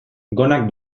gonak